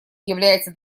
является